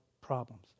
problems